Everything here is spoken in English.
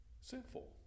sinful